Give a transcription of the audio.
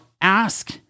ask